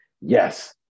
Yes